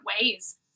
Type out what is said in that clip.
ways